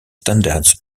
standards